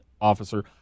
officer